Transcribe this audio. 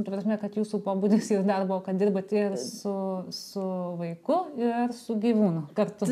ta prasme kad jūsų pobūdis jų darbo kad dirbate su su vaiku ir su gyvūnu kartu